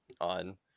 on